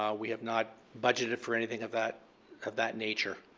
um we have not budgeted for anything of that of that nature.